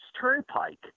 Turnpike